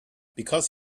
because